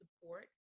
support